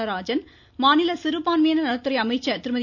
நடராஜன் மாநில சிறுபான்மையின நல துறை அமைச்சர் திருமதி